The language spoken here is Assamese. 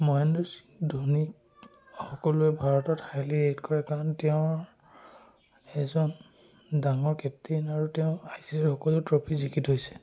মহেন্দ্ৰ সিং ধোনীক সকলোৱে ভাৰতত হাইলি ৰে'ট কৰে কাৰণ তেওঁ এজন ডাঙৰ কেপ্টেইন আৰু তেওঁ আই চি চিৰ সকলো ট্ৰফি জিকি থৈছে